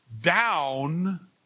down